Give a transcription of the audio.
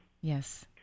Yes